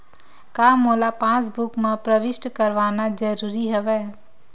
का मोला पासबुक म प्रविष्ट करवाना ज़रूरी हवय?